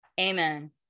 Amen